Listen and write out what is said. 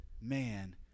man